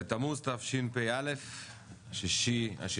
היום יום שלישי כ"ו בתמוז תשפ"א ה-6 ביולי